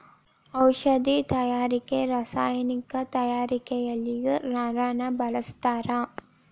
ಔಷದಿ ತಯಾರಿಕೆ ರಸಾಯನಿಕ ತಯಾರಿಕೆಯಲ್ಲಿಯು ನಾರನ್ನ ಬಳಸ್ತಾರ